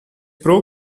pro